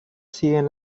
siguen